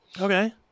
Okay